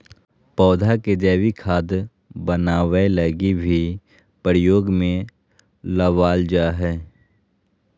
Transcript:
पौधा के जैविक खाद बनाबै लगी भी प्रयोग में लबाल जा हइ